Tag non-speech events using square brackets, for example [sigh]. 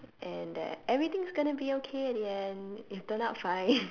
and that everything's gonna be okay at the end you turned out fine [laughs]